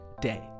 day